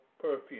perfume